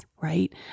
right